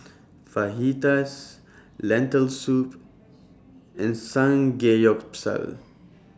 Fajitas Lentil Soup and Samgeyopsal